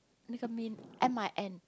you can be in M_I_N